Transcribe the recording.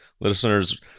Listeners